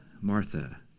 Martha